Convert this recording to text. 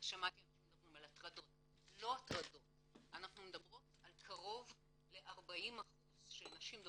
מספר יותר קשה זה ילדות 27% מהילדות עד גיל